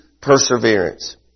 perseverance